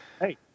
Hey